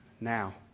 now